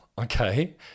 Okay